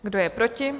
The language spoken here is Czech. Kdo je proti?